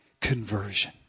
conversion